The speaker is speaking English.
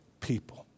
people